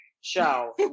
show